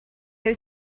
wyt